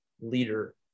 leader